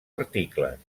articles